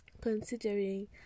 Considering